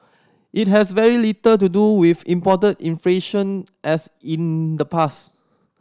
it has very little to do with imported inflation as in the past